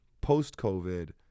post-COVID